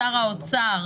שלום לכם, תציגו את עצמכם.